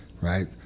right